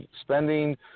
spending